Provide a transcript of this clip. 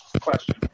question